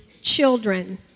children